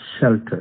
shelter